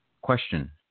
Question